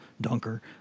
dunker